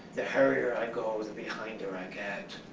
the hurrier i go, the behinder i get.